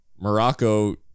Morocco